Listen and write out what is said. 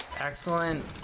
excellent